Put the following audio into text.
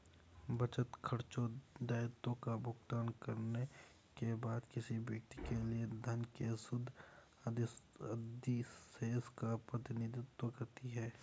बचत, खर्चों, दायित्वों का भुगतान करने के बाद किसी व्यक्ति के लिए धन के शुद्ध अधिशेष का प्रतिनिधित्व करती है